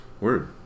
word